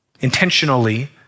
intentionally